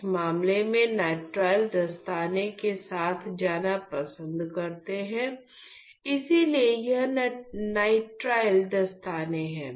इस मामले में नाइट्राइल दस्ताने के साथ जाना पसंद करते हैं इसलिए यह नाइट्राइल दस्ताने है